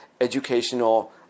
educational